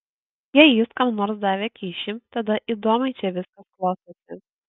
jei jis kam nors davė kyšį tada įdomiai čia viskas klostosi